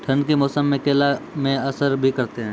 ठंड के मौसम केला मैं असर भी करते हैं?